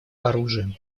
оружием